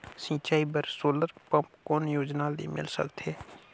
सिंचाई बर solar pump कौन योजना ले मिल सकथे?